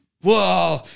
whoa